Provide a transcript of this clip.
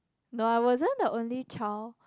no I wasn't the only child